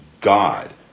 God